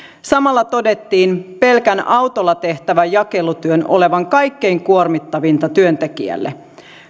samalla todettiin pelkän autolla tehtävän jakelutyön olevan kaikkein kuormittavinta työntekijälle